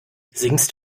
singst